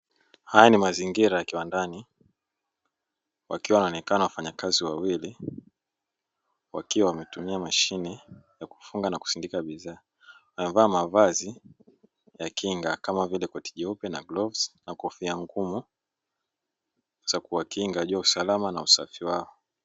Haya ni mazingira ya kiwandani wakiwa wanaonekana wafanyakazi wawili wakiwa wanatumia mashine ya kufunga na kusindika bidhaa, wamevaa mavazi ya kinga kama koti jeupe na glovu na kofia ngumu za kuwakinga juu ya usalama na usafi wao.